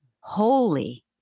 holy